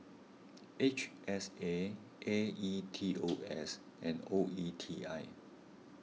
H S A A E T O S and O E T I